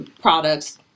products